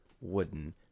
wooden